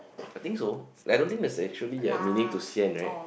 I think so I don't think there's actually a meaning to sian right